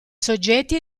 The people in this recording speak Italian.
soggetti